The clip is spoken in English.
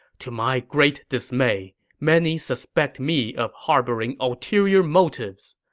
to my great dismay, many suspect me of harboring ulterior motives.